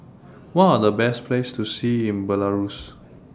What Are The Best Places to See in Belarus